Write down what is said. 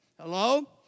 Hello